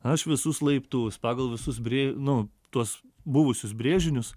aš visus laiptus pagal visus brė nu tuos buvusius brėžinius